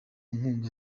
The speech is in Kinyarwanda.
nkunga